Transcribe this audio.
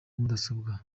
mudasobwa